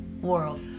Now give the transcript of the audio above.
World